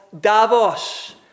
Davos